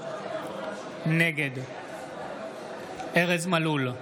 נגד ארז מלול,